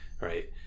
right